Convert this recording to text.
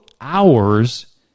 hours